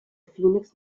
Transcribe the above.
phoenix